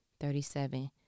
Thirty-seven